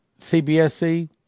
CBSC